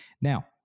Now